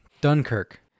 Dunkirk